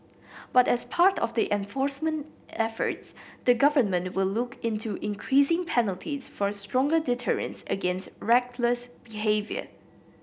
but as part of the enforcement efforts the government will look into increasing penalties for stronger deterrence against reckless behaviour